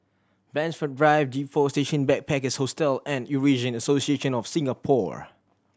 Blandford Drive G Four Station Backpackers Hostel and Eurasian Association of Singapore